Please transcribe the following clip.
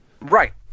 Right